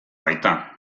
baita